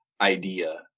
idea